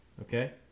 okay